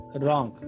wrong